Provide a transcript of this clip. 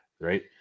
Right